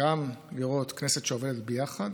גם לראות כנסת שעובדת ביחד,